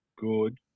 good